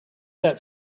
that